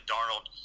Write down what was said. Darnold